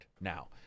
now